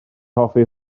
hoffi